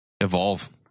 evolve